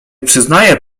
przyznaje